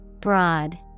Broad